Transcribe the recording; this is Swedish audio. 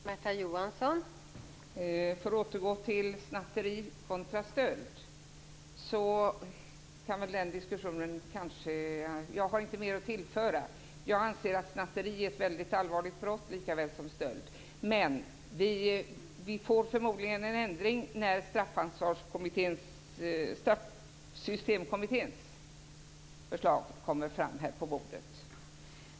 Fru talman! När det gäller frågan om snatteri kontra stöld har jag inte mer att tillföra i den diskussionen. Jag anser att snatteri är ett väldigt allvarligt brott likaväl som stöld. Vi får förmodligen en ändring när Straffsystemskommitténs förslag kommer på bordet.